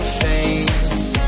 face